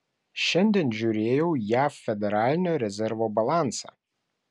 šiandien žiūrėjau jav federalinio rezervo balansą